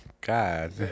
God